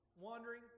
wandering